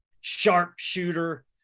sharpshooter